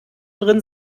drin